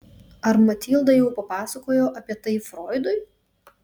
ar matilda jau papasakojo apie tai froidui